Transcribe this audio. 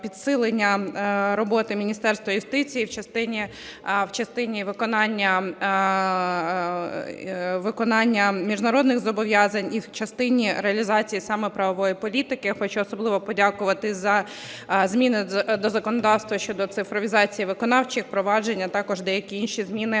підсилення роботи Міністерства юстиції в частині виконання міжнародних зобов'язань і в частині реалізації саме правової політики. Я хочу особливо подякувати за зміни до законодавства щодо цифровізації виконавчих проваджень, а також деякі інші зміни